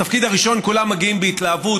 לתפקיד הראשון כולם מגיעים בהתלהבות.